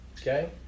Okay